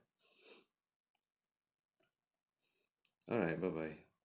alright bye bye